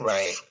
Right